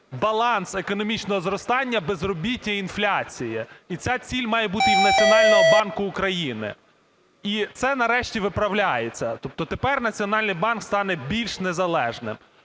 баланс економічного зростання, безробіття та інфляції. І ця ціль має бути і в Національного банку України. І це нарешті виправляється, тобто тепер Національний банк стане більш незалежним.